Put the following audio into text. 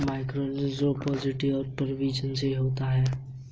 trichodinosis रोग protozoa परजीवी से होता है